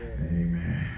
Amen